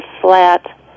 flat